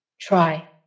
try